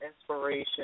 inspiration